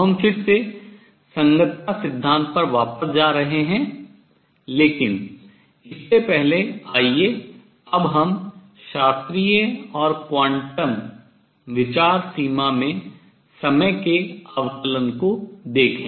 तो हम फिर से संगतता सिद्धांत पर वापस जा रहे हैं लेकिन इससे पहले आइए अब हम शास्त्रीय और क्वांटम विचार सीमा में समय के अवकलन को देखें